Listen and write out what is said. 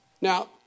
Now